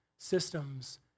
systems